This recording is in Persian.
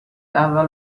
اول